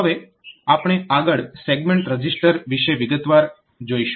હવે આપણે આગળ સેગમેન્ટ રજીસ્ટર વિશે વિગતવાર જોઈશું